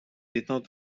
étant